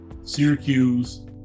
Syracuse